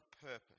purpose